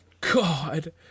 God